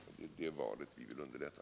Det är det valet som vi vill underlätta.